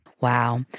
wow